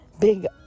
Big